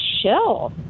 shill